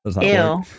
Ew